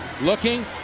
looking